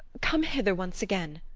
come hither once again.